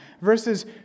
versus